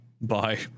Bye